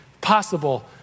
possible